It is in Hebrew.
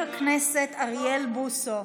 חבר הכנסת אריאל בוסו,